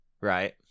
Right